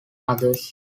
others